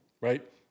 right